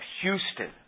Houston